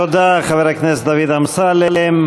תודה, חבר הכנסת דוד אמסלם.